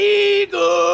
eagle